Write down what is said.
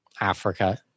Africa